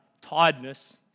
tiredness